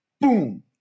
boom